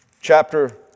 chapter